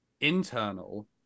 internal